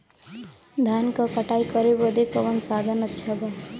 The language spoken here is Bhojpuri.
धान क कटाई करे बदे कवन साधन अच्छा बा?